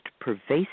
pervasive